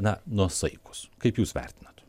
na nuosaikūs kaip jūs vertinat